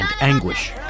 anguish